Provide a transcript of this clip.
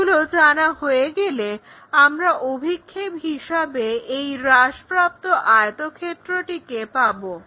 এগুলো জানা হয়ে গেলে আমরা অভিক্ষেপ হিসাবে এই হ্রাসপ্রাপ্ত আয়তক্ষেত্রটিকে পাবো